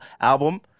album